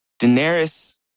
Daenerys